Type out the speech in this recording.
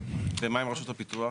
ומה עם רשות הפיתוח?